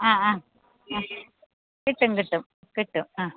ആ ആ ആ കിട്ടും കിട്ടും കിട്ടും ആ